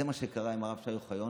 זה מה שקרה עם הרב שי אוחיון.